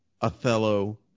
Othello